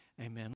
Amen